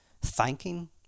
thanking